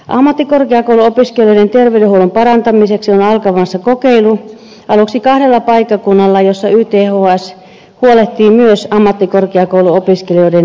ammattikorkeakouluopiskelijoiden terveydenhuollon parantamiseksi on alkamassa kokeilu aluksi kahdella paikkakunnalla joilla yths huolehtii myös ammattikorkeakouluopiskelijoiden terveydenhuollosta